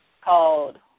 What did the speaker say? called